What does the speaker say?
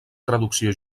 traducció